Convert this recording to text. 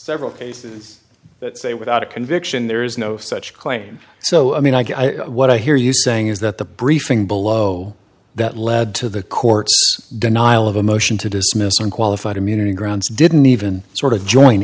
several cases that say without a conviction there is no such claim so i mean i guess what i hear you saying is that the briefing below that led to the court's denial of a motion to dismiss on qualified immunity grounds didn't even sort of join